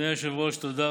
יהיה סימן